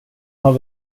har